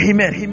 Amen